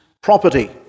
property